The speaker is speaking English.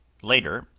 later,